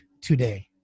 today